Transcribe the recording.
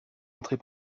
entrée